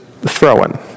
Throwing